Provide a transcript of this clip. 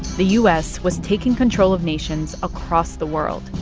the u s. was taking control of nations across the world.